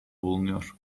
bulunuyor